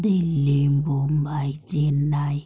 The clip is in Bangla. দিল্লি বোম্বাই চেন্নাই